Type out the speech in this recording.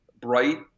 bright